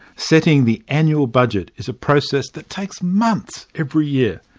setting the annual budget is a process that takes months every year.